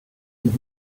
with